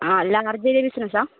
ആ large area ബിസിനസ്സാണോ